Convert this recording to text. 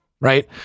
right